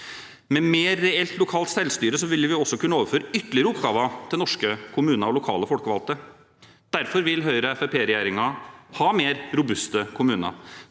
Med mer reelt lokalt selvstyre vil vi også kunne overføre ytterligere oppgaver til norske kommuner og lokale folkevalgte. Derfor vil Høyre–Fremskrittspartiet-regjeringen ha mer robuste kommuner.